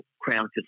Crown